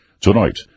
Tonight